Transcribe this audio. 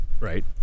right